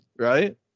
right